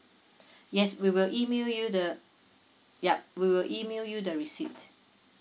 yes we will email you the yup we will email you the receipt